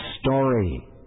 Story